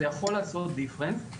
זה יכול לעשות דיפרנט/הבדל.